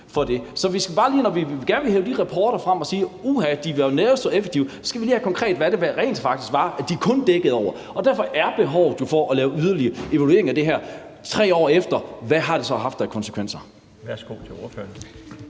Så når vi gerne vil hive de rapporter frem og sige, at uha, de var netop så effektive, så skal vi lige konkret have med, hvad det rent faktisk var, de kun dækkede over. Og derfor er der jo et behov for at lave yderligere evalueringer af det her 3 år efter og se, hvad det så har haft af konsekvenser. Kl. 15:25 Den